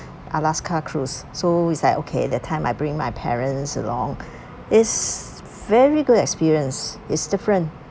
alaska cruise so is like okay that time I bring my parents along it's very good experience is different